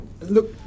look